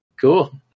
Cool